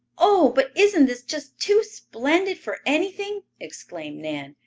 oh, but isn't this just too splendid for anything! exclaimed nan,